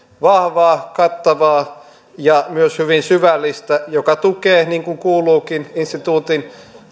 vahvaa kattavaa ja myös hyvin syvällistä joka tukee niin kuin kuuluukin instituutin